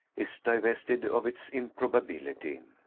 is divested of its impro bability,